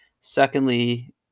Secondly